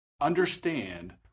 understand